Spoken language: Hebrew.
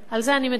על זה אני מדברת,